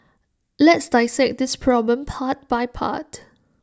let's dissect this problem part by part